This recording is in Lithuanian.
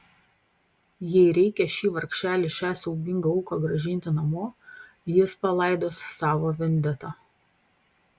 jei reikia šį vargšelį šią siaubingą auką grąžinti namo jis palaidos savo vendetą